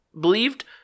believed